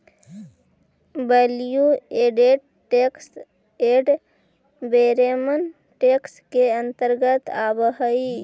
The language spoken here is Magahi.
value added tax ad valorem tax के अंतर्गत आवऽ हई